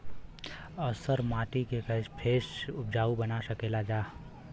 ऊसर माटी के फैसे उपजाऊ बना सकेला जा?